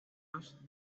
los